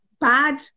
bad